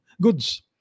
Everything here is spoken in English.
goods